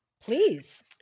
Please